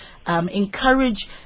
Encourage